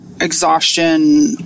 exhaustion